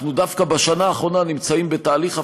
אנחנו דווקא בשנה האחרונה נמצאים בתהליך הפוך,